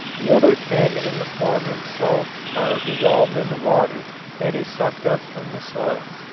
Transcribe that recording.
the other ten in the form of salts are dissolved in the water that is sucked up from the soil.